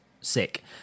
sick